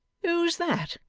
who is that